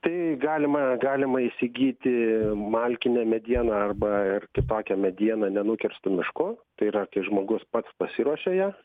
tai galima galima įsigyti malkinę medieną arba ir kitokią medieną nenukirstu mišku tai yra kai žmogus pats pasiruošia ją